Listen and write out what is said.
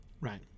Right